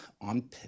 on